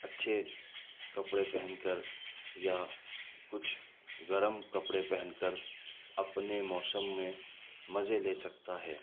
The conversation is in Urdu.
اچھے کپڑے پہن کر یا کچھ گرم کپڑے پہن کر اپنے موسم میں مزے لے سکتا ہے